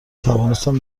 توانستند